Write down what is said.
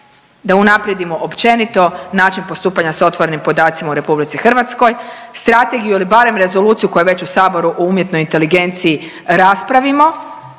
da unaprijedimo općenito način postupanja s otvorenim podacima u RH, strategiju ili barem rezoluciju, koja je već u Saboru o UI raspravimo